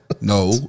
No